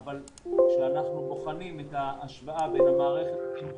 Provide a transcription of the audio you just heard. אבל כשאנחנו בוחנים את ההשוואה בין מערכת החינוך